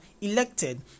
elected